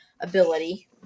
ability